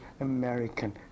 American